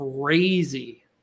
crazy